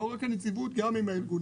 לא רק עם הנציבות אלא גם עם הארגונים.